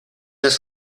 los